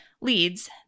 leads